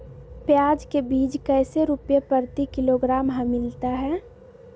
प्याज के बीज कैसे रुपए प्रति किलोग्राम हमिलता हैं?